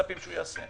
מה מצפים שהוא יעשה?